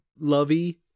lovey